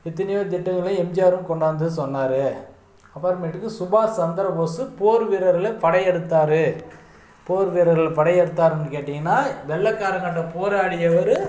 எத்தனையோ திட்டங்களை எம்ஜியாரும் கொண்டு வந்ததை சொன்னார் அப்புறமேட்டுக்கு சுபாஷ் சந்திர போஸ் போர் வீரர்களை படை எடுத்தார் போர் வீரர்களை படை எடுத்தாருன்னு கேட்டிங்கன்னா வெள்ளைகாரனாண்ட போராடியவர்